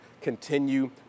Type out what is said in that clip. continue